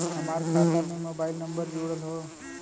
हमार खाता में मोबाइल नम्बर जुड़ल हो?